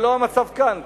זה לא המצב כאן.